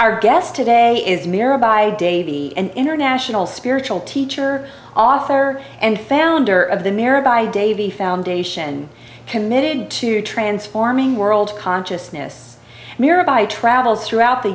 our guest today is mira by day the international spiritual teacher author and founder of the nearby davey foundation committed to transforming world consciousness mira by travels throughout the